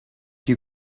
you